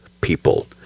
people